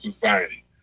society